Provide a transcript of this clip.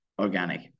organic